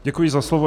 Děkuji za slovo.